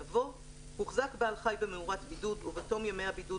יבוא: "הוחזק בעל-חי במאורת בידוד ובתום ימי הבידוד